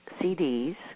CDs